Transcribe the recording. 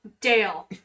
Dale